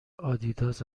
آدیداس